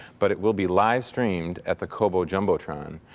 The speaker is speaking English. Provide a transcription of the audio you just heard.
but it will be livestreamed at the cobo jumbotron.